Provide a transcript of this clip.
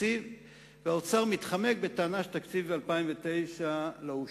התקציב והאוצר מתחמק בטענה שתקציב 2009 לא אושר.